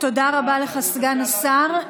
תודה רבה לך, סגן השר.